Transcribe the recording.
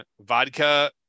vodka